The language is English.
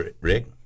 Rick